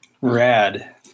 Rad